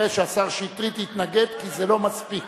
כנראה השר שטרית יתנגד כי זה לא מספיק,